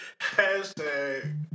hashtag